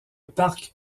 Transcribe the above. parc